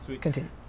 continue